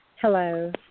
Hello